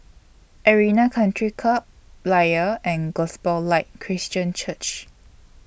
Arena Country Club Layar and Gospel Light Christian Church